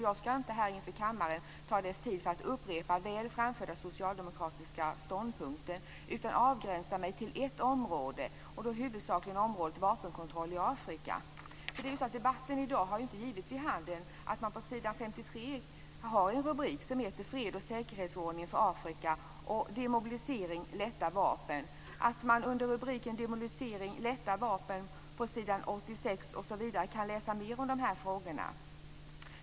Jag ska inte ta upp kammarens tid med att upprepa väl framförda socialdemokratiska ståndpunkter, utan jag tänkte avgränsa mig till ett område, och då huvudsakligen till området vapenkontroll i Debatten i dag har inte givit vid handen att man på s. 53 har två rubriker som lyder Freds och säkerhetsordning för Afrika och Demobilisering, lätta vapen. På s. 86 under rubriken Demobilisering, lätta vapen kan läsa mer om dessa frågor.